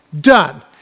done